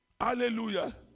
Hallelujah